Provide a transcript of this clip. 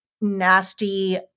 nasty